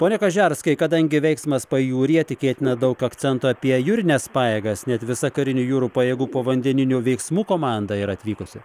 pone kažerskai kadangi veiksmas pajūryje tikėtina daug akcentų apie jūrines pajėgas net visa karinių jūrų pajėgų povandeninių veiksmų komanda ir atvykusi